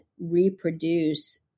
reproduce